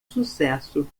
sucesso